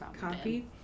copy